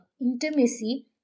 intimacy